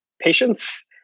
patience